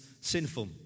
sinful